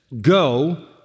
go